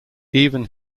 even